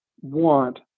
want